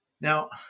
Now